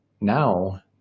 now